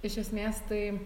iš esmės tai